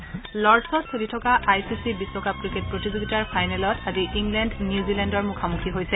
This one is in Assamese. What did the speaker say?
লৰ্ডচত চলি থকা আই চি চি বিশ্বকাপ ক্ৰিকেট প্ৰতিযোগিতাৰ ফাইনেলত আজি ইংলেণ্ড নিউজিলেণ্ডৰ মুখামুখি হৈছে